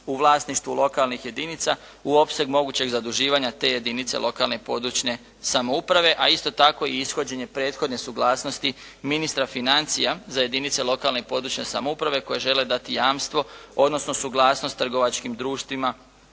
u vlasništvu lokalnih jedinica u opseg mogućeg zaduživanja te jedinice lokalne, područne samouprave, a isto tako i ishođenje prethodne suglasnosti ministra financija za jedinice lokalne i područne samouprave koje žele dati jamstvo, odnosno suglasnost trgovačkim društvima